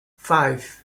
five